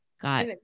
got